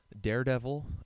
Daredevil